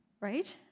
Right